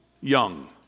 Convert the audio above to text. young